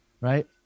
right